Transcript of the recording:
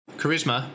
charisma